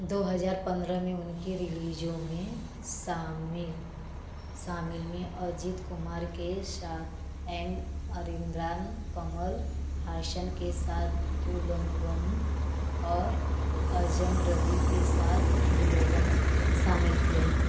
दो हज़ार पंद्रह में उनकी रिलीज़ों में सामेल शामिल में अजीत कुमार के साथ एन अरिन्द्रान कमल हासन के साथ तूलंगम और अजयम रवि के साथ भूलोगम शामिल थे